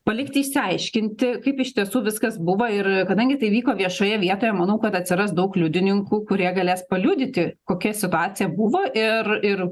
palikti išsiaiškinti kaip iš tiesų viskas buvo ir kadangi tai vyko viešoje vietoje manau kad atsiras daug liudininkų kurie galės paliudyti kokia situacija buvo ir ir